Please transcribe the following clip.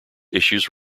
issues